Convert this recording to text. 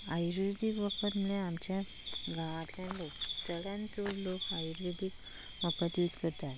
आर्युवेदीक वखद म्हणल्यार आमचें गांवांतलें लोक सगळ्यान चड लोक आर्युवेदीक वखद यूज करतात